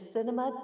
Cinema